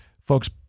folks